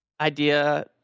idea